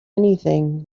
anything